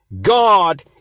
God